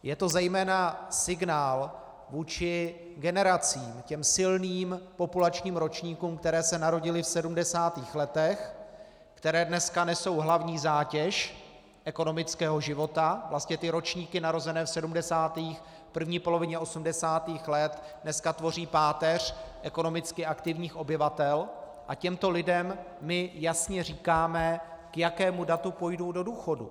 Je to zejména signál vůči generacím, těm silným populačním ročníkům, které se narodily v 70. letech, které dneska nesou hlavní zátěž ekonomického života, vlastně ty ročníky narozené v 70., v první polovině 80. let dneska tvoří páteř ekonomicky aktivních obyvatel, a těmto lidem my jasně říkáme, k jakému datu půjdou do důchodu.